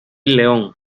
león